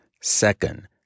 second